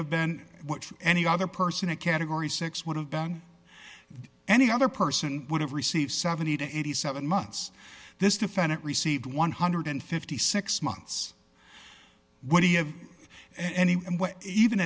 have been what any other person a category six would have done any other person would have receive seventy to eighty seven months this defendant received one hundred and fifty six months what do you have an